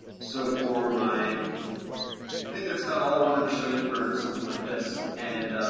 so for my, i think that's about all i wanted to show you for something like this and